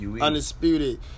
Undisputed